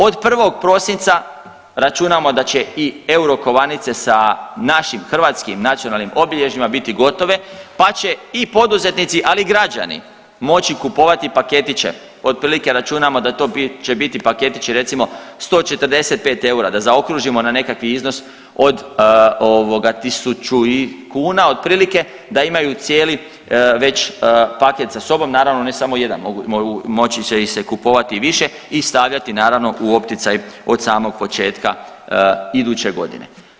Od 1. prosinca računamo da će i euro kovanice sa našim, hrvatskim nacionalnim obilježjima biti gotove pa će i poduzetnici, ali i građani moći kupovati paketiće, otprilike računamo da to će biti paketići, recimo, 145 eura, da zaokružimo na nekakvi iznos od 1000 i kuna, otprilike, da imaju cijeli već paket sa sobom, naravno, ne samo jedan, moći će se kupovati i više i stavljati, naravno, u opticaj od samog početka iduće godine.